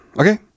Okay